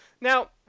now